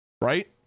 Right